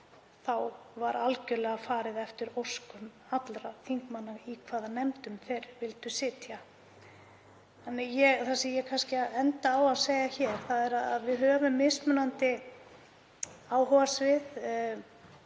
þá var algjörlega farið eftir óskum allra þingmanna um það í hvaða nefndum þeir vildu sitja. Það sem ég er kannski að enda á að segja hér er að við höfum mismunandi áhugasvið.